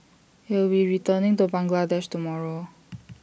he will be returning to Bangladesh tomorrow